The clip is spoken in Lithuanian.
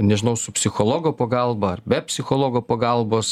nežinau su psichologo pagalba ar be psichologo pagalbos